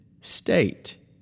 state